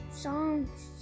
songs